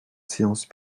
séance